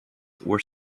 were